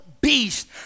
beast